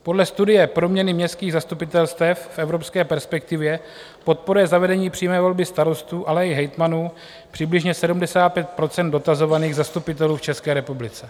Podle studie Proměny městských zastupitelstev v evropské perspektivě podporuje zavedení přímé volby starostů, ale i hejtmanů přibližně 75 % dotazovaných zastupitelů v České republice.